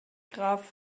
graf